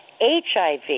HIV